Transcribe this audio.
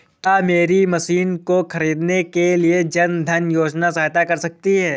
क्या मेरी मशीन को ख़रीदने के लिए जन धन योजना सहायता कर सकती है?